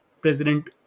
president